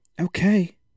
Okay